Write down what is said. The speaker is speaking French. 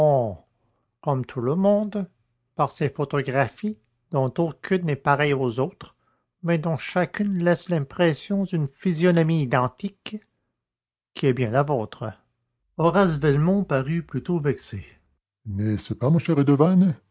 comme tout le monde par ses photographies dont aucune n'est pareille aux autres mais dont chacune laisse l'impression d'une physionomie identique qui est bien la vôtre horace velmont parut plutôt vexé n'est-ce pas mon cher